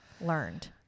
learned